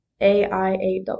AIAW